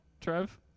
Trev